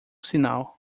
sinal